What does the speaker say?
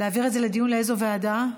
לאיזו ועדה?